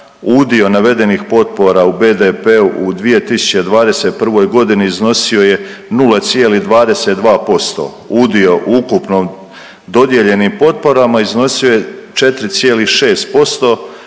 Udio navedenih potpora u BDP-u u 2021. godini iznosi je 0,22%. Udio u ukupno dodijeljenim potporama iznosio je 4,6%